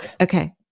Okay